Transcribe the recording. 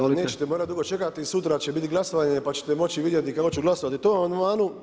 Kolega nećete morati dugo čekati, sutra će biti glasovanje pa ćete moći vidjeti kako ću glasovati o tom amandmanu.